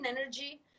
energy